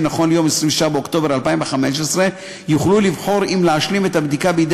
נכון ליום 26 באוקטובר 2015 יוכלו לבחור אם להשלים את הבדיקה בידי